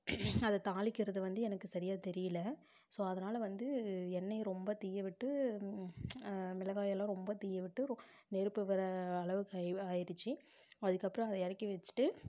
அதை தாளிக்கிறது வந்து எனக்கு சரியாக தெரியலை ஸோ அதனால் வந்து எண்ணெயை ரொம்ப தீயை விட்டு மிளகாயெல்லாம் ரொம்ப தீயை விட்டு ரொ நெருப்பு வர அளவுக்கு ஆகி ஆகிடுச்சி அதுக்கப்புறம் அதை இறக்கி வெச்சுட்டு